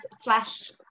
slash